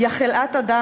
"יא חלאת אדם.